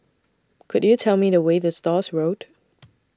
Could YOU Tell Me The Way to Stores Road